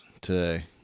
today